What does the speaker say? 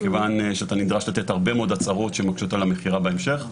מכיוון שאתה נדרש לתת הרבה מאוד הצהרות שמקשות על המכירה בהמשך.